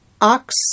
ox